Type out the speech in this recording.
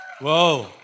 Whoa